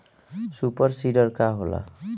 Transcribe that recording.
Super seeder का होला?